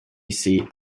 seat